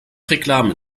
reklame